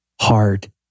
hard